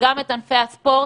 וגם את ענפי הספורט,